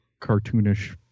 cartoonish